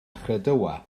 chredoau